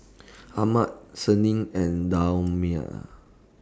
Ahmad Senin and Damia